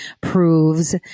proves